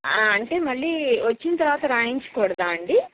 అంటే మళ్ళీ వచ్చిన తర్వాత రాయించకూడదా అండి